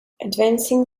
advancing